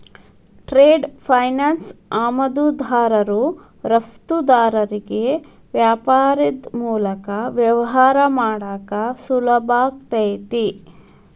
trade ಫೈನಾನ್ಸ್ ಆಮದುದಾರರು ರಫ್ತುದಾರರಿಗಿ ವ್ಯಾಪಾರದ್ ಮೂಲಕ ವ್ಯವಹಾರ ಮಾಡಾಕ ಸುಲಭಾಕೈತಿ